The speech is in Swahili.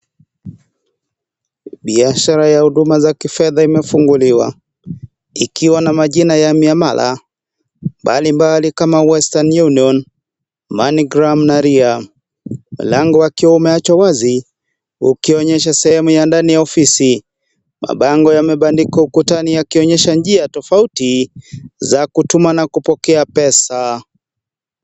Biashara ya huduma za kifedha imefunguliwa ikiwa na majina ya miamala mbalimbali kama Western Union, Moneygram na Ria. Lango akiwa umeachwa wazi ikionyesha sehemu ya ndani ya ofisi , mabango yamebandikwa ukutani yakionyesha njia tofauti za kutuma na kupokea pesa.